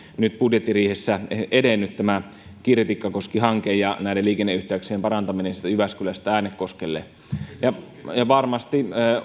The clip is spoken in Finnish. nyt budjettiriihessä edennyt tämä kirri tikkakoski hanke ja näiden liikenneyhteyksien parantaminen sieltä jyväskylästä äänekoskelle varmasti